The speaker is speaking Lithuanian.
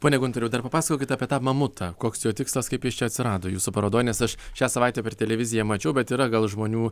pone guntoriau dar papasakokit apie tą mamutą koks jo tikslas kaip jis čia atsirado jūsų parodoj nes aš šią savaitę per televiziją mačiau bet yra gal žmonių